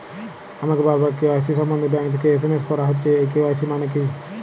আমাকে বারবার কে.ওয়াই.সি সম্বন্ধে ব্যাংক থেকে এস.এম.এস করা হচ্ছে এই কে.ওয়াই.সি মানে কী?